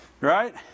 Right